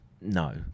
no